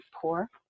poor